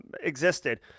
existed